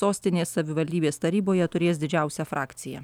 sostinės savivaldybės taryboje turės didžiausią frakciją